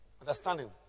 Understanding